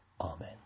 Amen